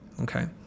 Okay